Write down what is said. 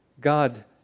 God